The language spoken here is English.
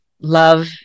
love